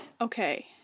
Okay